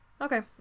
okay